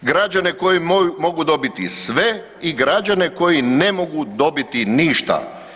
Građane koji mogu dobiti sve i građane koji ne mogu dobiti ništa.